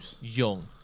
Young